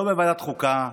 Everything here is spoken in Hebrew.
לא בוועדת חוקה,